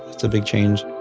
it's a big change